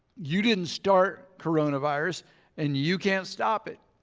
you didn't start coronavirus and you can't stop it.